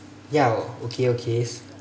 ya okay okay